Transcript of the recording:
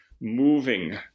moving